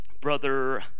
brother